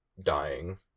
dying